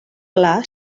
pla